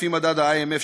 לפי מדד ה-IMF,